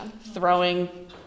throwing